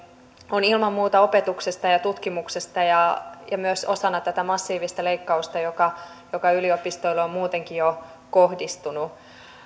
on ilman muuta poistamista opetuksesta ja ja tutkimuksesta ja on myös osana tätä massiivista leikkausta joka joka yliopistoihin on muutenkin jo kohdistunut